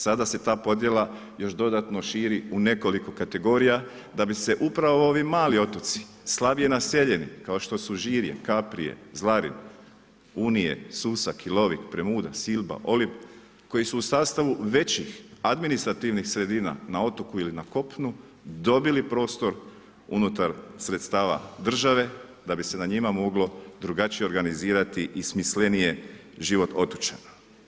Sada se ta podjela još dodatno širi u nekoliko kategorija da bi se upravo ovi mali otoci, slabije naseljeni, kao što su Žirije, Kaprije, Zlarin, Unije, Susak, Premuda, Silba, Olib, koji su u sastavu većih administrativnih sredina na otoku ili na kopnu, dobili prostor unutar sredstava države da bi se na njima moglo drugačije organizirati i smislenije život otočana.